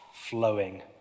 flowing